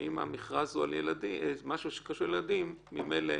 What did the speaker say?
ואם המכרז הוא משהו שקשור לילדים, ממילא